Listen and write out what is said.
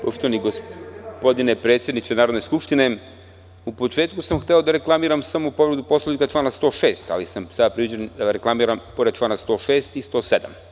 Poštovani gospodine predsedniče Narodne skupštine, u početku sam hteo da reklamiram samo povredu Poslovnika člana 106, ali sam sada prinuđen da reklamiram pored člana 106. i član 107.